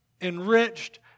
enriched